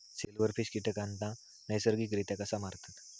Silverfish कीटकांना नैसर्गिकरित्या कसा मारतत?